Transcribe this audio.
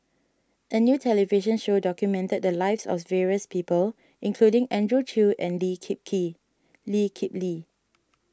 a new television show documented the lives of various people including Andrew Chew and Lee Kip Kip Lee Kip Lee